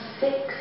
six